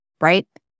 Right